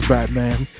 Batman